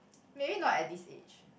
maybe not at this age